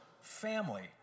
family